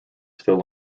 still